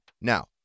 Now